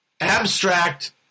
Abstract